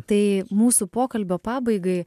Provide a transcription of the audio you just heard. tai mūsų pokalbio pabaigai